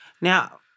Now